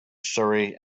surrey